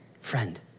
friend